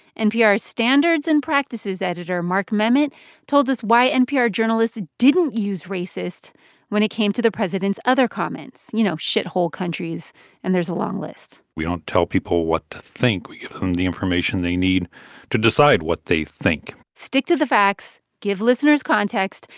npr's standards and practices editor mark memmott told us why npr journalists didn't use racist when it came to the president's other comments you know, s hole countries and there's a long list we don't tell people what to think we give them the information they need to decide what they think stick to the facts, give listeners context,